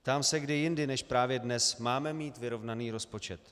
Ptám se, kdy jindy než právě dnes máme mít vyrovnaný rozpočet.